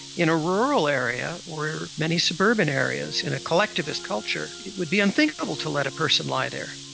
in a rural area or many suburban areas, in a collectivist culture, it would be unthinkable to let a person lie there.